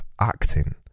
acting